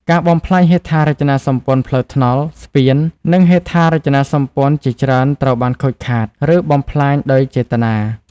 ការបំផ្លាញហេដ្ឋារចនាសម្ព័ន្ធផ្លូវថ្នល់ ស្ពាន និងហេដ្ឋារចនាសម្ព័ន្ធជាច្រើនត្រូវបានខូចខាត ឬបំផ្លាញដោយចេតនា។